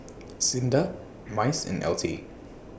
SINDA Mice and L T